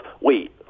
wait